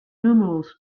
numerals